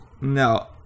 No